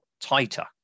tighter